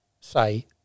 say